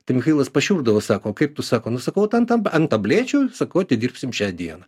tai michailas pašiurpdavo sako kaip tu sako nu sakau ant tablečių sakau atidirbsim šią dieną